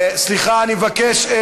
סליחה, אני מבקש.